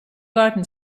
garden